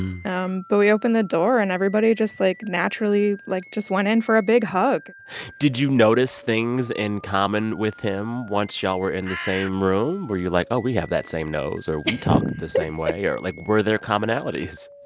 um but we opened the door. and everybody just, like, naturally, like, just went in for a big hug did you notice things in common with him once y'all were in the same room? were you like, oh, we have that same nose or we talk the same way? or, like, were there commonalities?